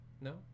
No